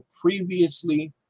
previously